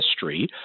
history